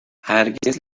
هرگز